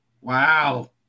wow